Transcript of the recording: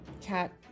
cat